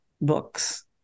books